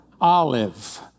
Olive